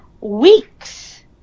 weeks